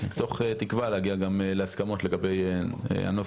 מתוך תקווה להגיע בשדבועייטם הקרוביטם גם להסכמות לגבי הנוסח.